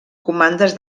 comandes